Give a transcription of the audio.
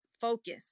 Focus